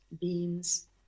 beans